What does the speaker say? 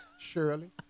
Shirley